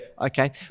Okay